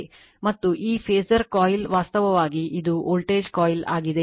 ಮತ್ತು ಈ phasor coil ವಾಸ್ತವವಾಗಿ ಇದು ವೋಲ್ಟೇಜ್ ಕಾಯಿಲ್ ಆಗಿದೆ